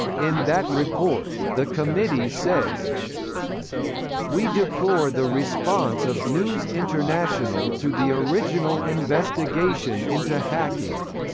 in that report, the committee says we deplore the response of news international to the original investigation into hacking.